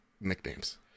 nicknames